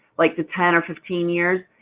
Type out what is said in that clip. like, to ten or fifteen years,